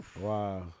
Wow